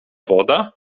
woda